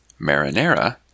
marinara